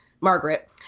Margaret